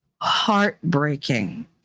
heartbreaking